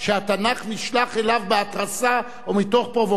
שהתנ"ך נשלח אליו בהתרסה או מתוך פרובוקציה,